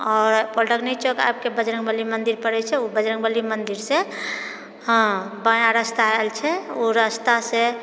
आओर पॉलिटेक्निक चौक आबिकऽ बजरङ्ग बली मन्दिर पड़ैत छै ओ बजरङ्ग बली मन्दिरसँ हँ बाँया रास्ता आएल छै ओ रास्तासँ